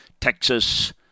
Texas